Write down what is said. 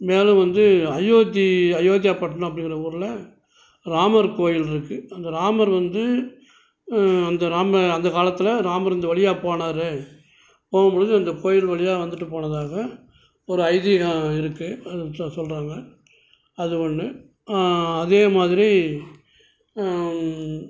மேல வந்து அயோத்தி அயோத்தியா பட்டணம் அப்படிங்கிற ஊரில் ராமர் கோயில் இருக்குது அந்த ராமர் வந்து அந்த ராம அந்த காலத்தில் ராமர் இந்த வழியா போனாரு போகும் பொழுது அந்த கோவில் வழியா வந்துட்டு போனதாக ஒரு ஐதீகம் இருக்குது அதைப்பத்தி தான் சொல்கிறாங்க அது ஒன்று அதே மாதிரி